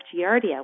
Giardia